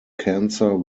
cancer